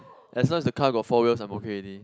as long as the car got four wheels I am okay already